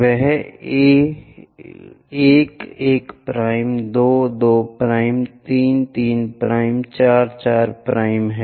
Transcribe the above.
वह 1 1 2 2 3 3 4 4 है